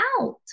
out